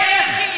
בבקשה.